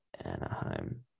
Anaheim